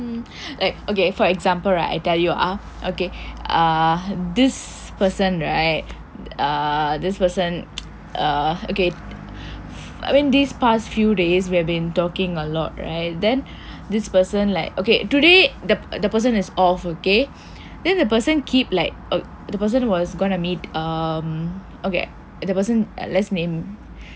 like ok for example right I tell you ah ok ah this person right err this person err ok I mean these past few days we've been talking a lot right then this person like ok today the the person is all off ok then the person keep like the person was gonna meet um ok what's his last name